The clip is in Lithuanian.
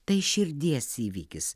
tai širdies įvykis